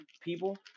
people